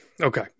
Okay